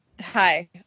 Hi